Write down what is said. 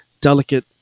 delicate